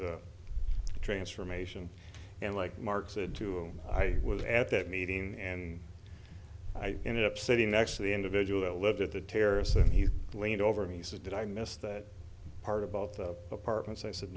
the transformation and like mark said to him i was at that meeting and i ended up sitting next to the individual that lived at the terrace and he leaned over and he said did i miss that part about the apartment so i said